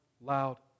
loud